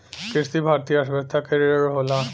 कृषि भारतीय अर्थव्यवस्था क रीढ़ होला